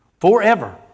Forever